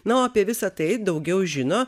na o apie visa tai daugiau žino